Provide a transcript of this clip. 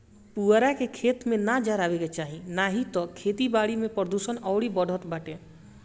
पुअरा के, खेत में ना जरावे के चाही नाही तअ खेती बारी में प्रदुषण अउरी बढ़त बाटे